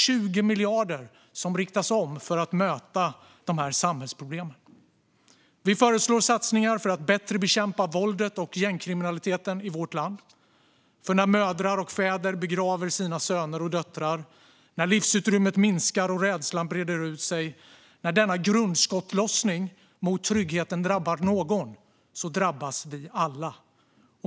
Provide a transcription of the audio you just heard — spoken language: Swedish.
20 miljarder riktas om för att möta dessa samhällsproblem. Vi föreslår satsningar för att bättre bekämpa våldet och gängkriminaliteten i vårt land. När mödrar och fäder begraver sina söner och döttrar, när livsutrymmet minskar, när rädslan breder ut sig och när denna grundskottlossning mot tryggheten drabbar någon drabbas vi alla.